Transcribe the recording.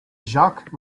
jacques